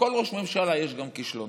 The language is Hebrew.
לכל ראש ממשלה יש גם כישלונות.